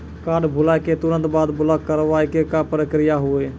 Card भुलाए के तुरंत बाद ब्लॉक करवाए के का प्रक्रिया हुई?